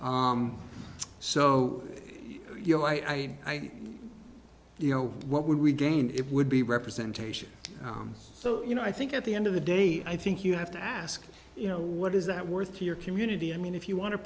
we so you know i you know what would we gain it would be representation so you know i think at the end of the day i think you have to ask you know what is that worth to your community i mean if you want to